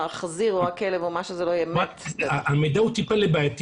החזיר או הכלב או מה שזה לא יהיה --- המידע הוא קצת בעייתי